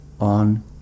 on